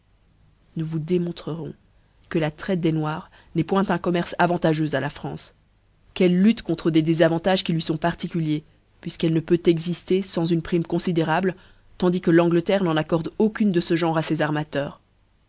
nous vous démontrerons que la traite des noirs n'eft point un commerce avantageux à la france qu'elle lutte contre des désavantages qui lui font particuliers puisqu'elle ne peut exiger fans une prime confidérable tandis que l'angici voyez le difcours de m necker à l'ouverture des